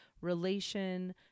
relation